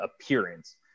appearance